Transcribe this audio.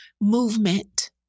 movement